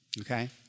Okay